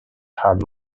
had